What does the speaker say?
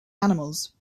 animals